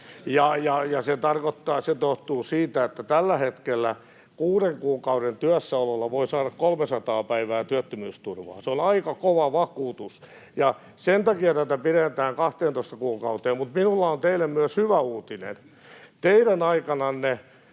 — johtuu siitä, että tällä hetkellä kuuden kuukauden työssäololla voi saada 300 päivää työttömyysturvaa. Se on aika kova vakuutus, ja sen takia tätä pidennetään 12 kuukauteen. Mutta minulla on teille myös hyvä uutinen. Teidän aikananne